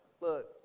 look